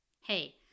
Hey